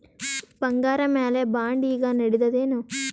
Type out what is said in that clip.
ಬಂಗಾರ ಮ್ಯಾಲ ಬಾಂಡ್ ಈಗ ನಡದದೇನು?